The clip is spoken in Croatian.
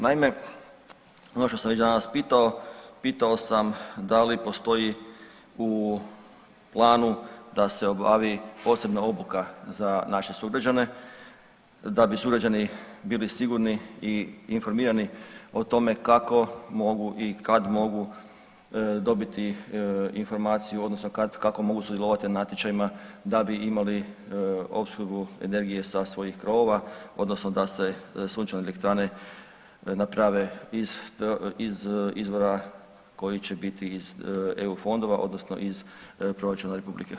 Naime, ono što sam već danas pitao, pitao sam da li postoji u planu da se obavi posebna obuka za naše sugrađane, da bi sugrađani bili sigurni i informirani o tome kako mogu i kad mogu dobiti informaciju odnosno kako mogu sudjelovati na natječajima da bi imali opskrbu energije sa svojih krovova odnosno da se sunčeve elektrane naprave iz izvora koji će biti iz eu fondova odnosno iz proračuna RH.